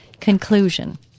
Conclusion